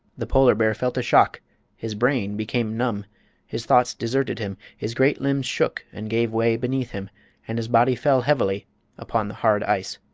the polar bear felt a shock his brain became numb his thoughts deserted him his great limbs shook and gave way beneath him and his body fell heavily upon the hard ice.